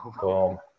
Boom